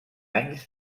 anys